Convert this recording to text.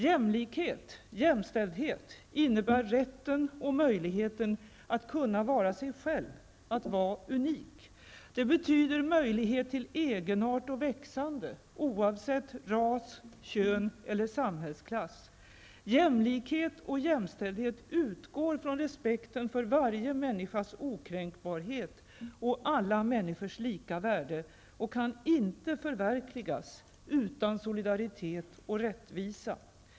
Jämlikhet och jämställdhet innebär rätten och möjligheten att kunna vara sig själv, att vara unik. Det betyder möjlighet till egenart och växande, oavsett ras, kön eller samhällsklass. Jämlikhet och jämställdhet utgår från respekten för varje människas okränkbarhet och alla människors lika värde och kan inte förverkligas utan solidaritet och rättvisa.